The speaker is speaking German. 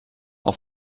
auf